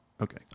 Okay